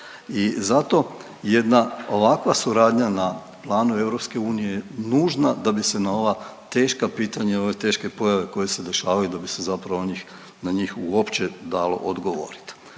I zato jedna ovakva suradnja na planu EU je nužna da bi se na ova teška pitanja i na ove teške pojave koje se dešavaju da bi se zapravo na njih uopće dalo odgovorit.